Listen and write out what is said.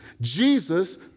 Jesus